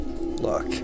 look